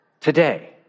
Today